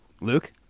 Luke